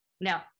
Now